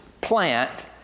plant